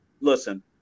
Listen